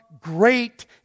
great